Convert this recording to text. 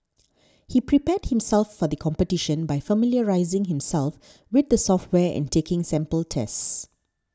he prepared himself for the competition by familiarising himself with the software and taking sample tests